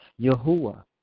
Yahuwah